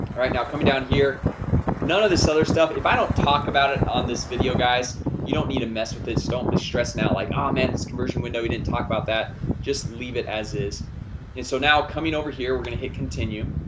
right now coming down here none of this other stuff. if i don't talk about it on this video guys you don't need a mess with this. don't be stressing out like a um men's conversion window. we didn't talk about that just leave it as is and so now coming over here. we're gonna hit continue